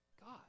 God